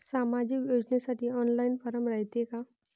सामाजिक योजनेसाठी online form रायते का?